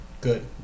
good